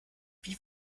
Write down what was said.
wie